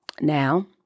Now